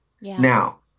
Now